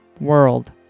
world